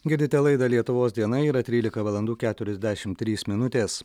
girdite laidą lietuvos diena yra trylika valandų keturiasdešim trys minutės